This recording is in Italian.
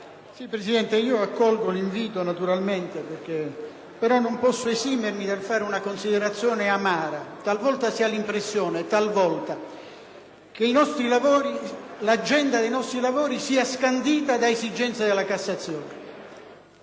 Presidente, accolgo l’invito al ritiro, pero` non posso esimermi dal fare una considerazione amara: talvolta si ha l’impressione che l’agenda dei nostri lavori sia scandita da esigenze della Cassazione.